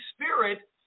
Spirit